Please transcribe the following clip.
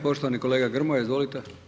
Poštovani kolega Grmoja, izvolite.